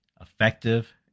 effective